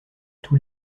tous